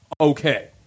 okay